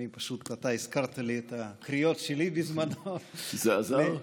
פשוט הזכרת לי את הקריאות שלי בזמנו זה עזר?